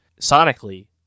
Sonically